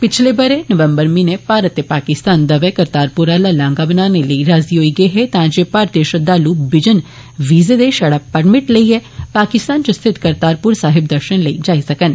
पिछले बरे नबम्बर म्हीने भारत ते पाकिस्तान दवै करतारपूर आला लाहंगा बनाने लेई राजी होई गेहे तां जे भारतीय श्रद्धालू बिजन विजे दे शड़ा पर्भिट लेइयै पाकिस्तान च स्थित करतारपुर साहेब दर्शने लेई जाई सकन